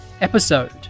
episode